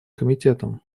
комитетом